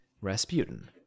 Rasputin